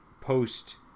post